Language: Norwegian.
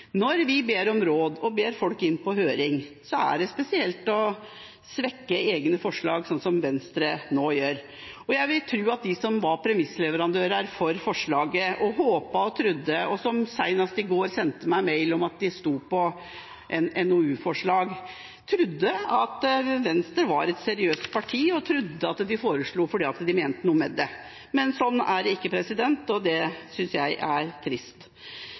Når vi ber om råd og ber folk inn på høring, er det spesielt å svekke egne forslag, som Venstre nå gjør. Jeg vil tro at de som var premissleverandører for forslaget – og som senest i går sendte meg mail om at de stilte seg bak et forslag om en NOU – håpet og trodde at Venstre var et seriøst parti og foreslo noe fordi de mente noe med det. Slik er det ikke, og det synes jeg er trist.